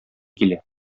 килә